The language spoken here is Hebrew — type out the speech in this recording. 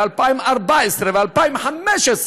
ב-2014 וב-2015,